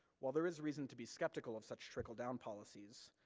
while there is reason to be skeptical of such trickle-down policies,